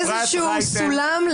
זאת לא שאלה ממש קצרה.